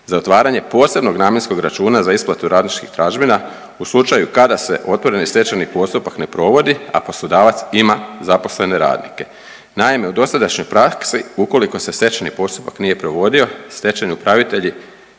za otvaranje posebnog namjenskog računa za isplatu radničkih tražbina u slučaju kada se otvoreni stečajni postupak ne provodi, a poslodavac ima zaposlene radnike. Naime, u dosadašnjoj praksi ukoliko se stečajni postupak nije provodio, stečajni upravitelji